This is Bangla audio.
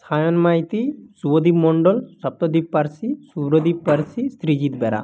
সায়ন মাইতি শুভদীপ মন্ডল সপ্তদ্বীপ পারসি শুভ্রদীপ পারসি সৃজিত বেড়া